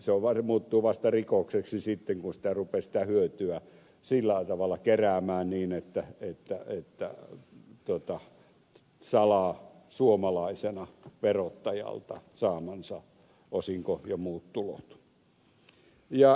se muuttuu rikokseksi vasta sitten kun rupeaa sitä hyötyä sillä tavalla keräämään että salaa suomalaisena verottajalta saamansa osinko ja muut tulot